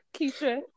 Keisha